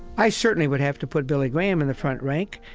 i certainly would have to put billy graham in the front rank.